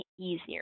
easier